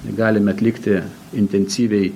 galime atlikti intensyviai